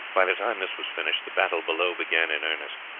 by the time this was finished the battle below began in earnest.